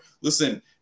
listen